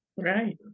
right